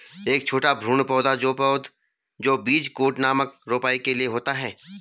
एक छोटा भ्रूण पौधा जो बीज कोट नामक रोपाई के लिए होता है